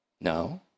No